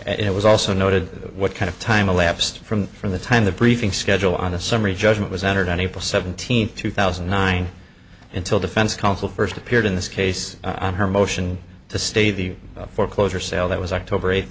waived it was also noted what kind of time elapsed from from the time the briefing schedule on the summary judgment was entered on april seventeenth two thousand and nine until defense counsel first appeared in this case on her motion to stay the foreclosure sale that was october eight